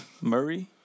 Murray